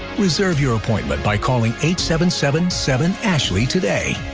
reserve your appointment by calling eight, seven, seven, seven ashley today.